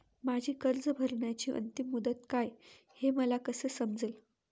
माझी कर्ज भरण्याची अंतिम मुदत काय, हे मला कसे समजेल?